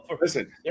Listen